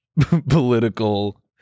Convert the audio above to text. political